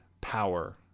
power